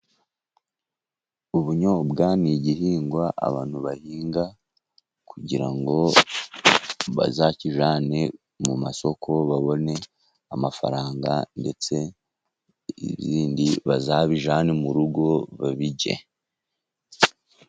Ubunyobwa ni igihingwa abantu bahinga, kugira ngo bazakijyane mu masoko babone amafaranga ,ndetse ibindi bazabijyane mu rugo babirye .